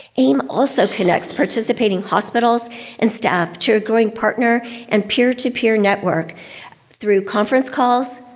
aim also connects participating hospitals and staff to a growing partner and peer-to-peer network through conference calls,